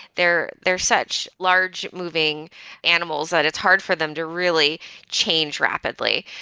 they're they're such large moving animals that it's hard for them to really change rapidly.